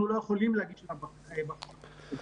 אנחנו לא יכולים להגיש בקשות לחשבות.